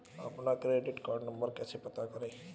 अपना credit card number कैसे पता करें?